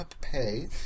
pay